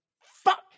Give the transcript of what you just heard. Fuck